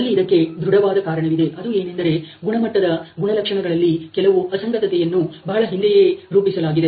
ಅಲ್ಲಿ ಇದಕ್ಕೆ ದೃಢವಾದ ಕಾರಣವಿದೆ ಅದು ಏನೆಂದರೆ ಗುಣಮಟ್ಟದ ಗುಣಲಕ್ಷಣಗಳಲ್ಲಿ ಕೆಲವು ಅಸಂಗತತೆಯನ್ನ ಬಹಳ ಹಿಂದೆಯೇ ರೂಪಿಸಲಾಗಿದೆ